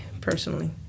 personally